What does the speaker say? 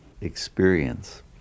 experience